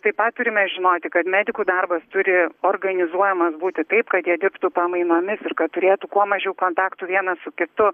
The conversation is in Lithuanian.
taip pat turime žinoti kad medikų darbas turi organizuojamas būti taip kad jie dirbtų pamainomis ir kad turėtų kuo mažiau kontaktų vienas su kitu